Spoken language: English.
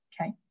Okay